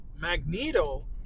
Magneto